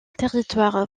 territoire